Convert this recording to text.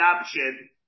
option